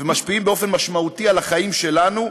ומשפיעים באופן משמעותי על החיים שלנו.